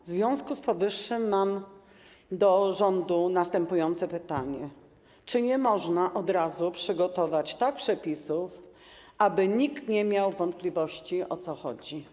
W związku z powyższym mam do rządu następujące pytanie: Czy nie można od razu tak przygotować przepisów, aby nikt nie miał wątpliwości, o co chodzi?